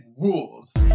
rules